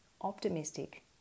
optimistic